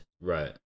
Right